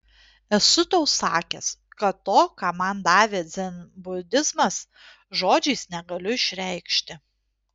esu tau sakęs kad to ką man davė dzenbudizmas žodžiais negaliu išreikšti